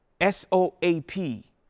S-O-A-P